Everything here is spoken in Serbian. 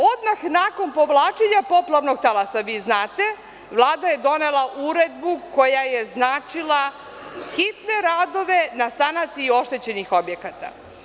Odmah nakon povlačenja poplavnog talasa, vi znate, Vlada je donela uredbu koja je značila hitne radove na sanaciji oštećenih objekata.